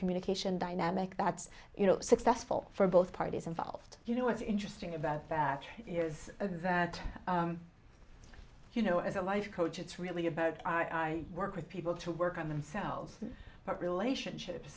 communication dynamic that's you know successful for both parties involved you know what's interesting about it is you know as a life coach it's really about i work with people to work on themselves but relationship